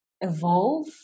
evolve